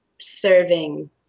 serving